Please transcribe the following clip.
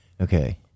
Okay